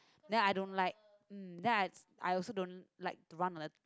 then I don't like mm then I also don't like to run on the